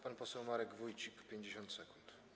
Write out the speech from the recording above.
Pan poseł Marek Wójcik, 50 sekund.